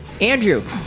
Andrew